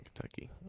Kentucky